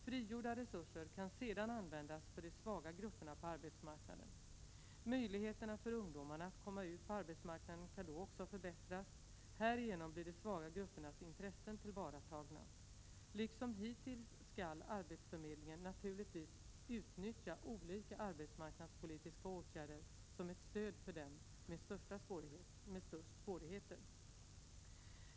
Frigjorda resurser kan sedan användas för de svaga grupperna på arbetsmarknaden. Möjligheterna för ungdomarna att komma ut på arbetsmarknaden kan då också förbättras. Härigenom blir de svaga gruppernas intressen tillvaratagna. Liksom hittills skall arbetsförmedlingen naturligtvis utnyttja olika arbetsmarknadspolitiska åtgärder som ett stöd för dem som har de största svårigheterna.